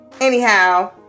Anyhow